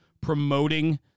promoting